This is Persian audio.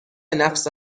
نفس